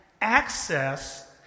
access